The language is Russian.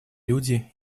люди